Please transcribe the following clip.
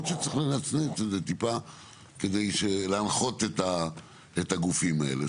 ויכול להיות שצריך לנצנץ את זה טיפה כדי להנחות את הגופים האלה,